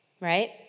right